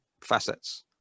facets